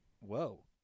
whoa